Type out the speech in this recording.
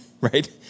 right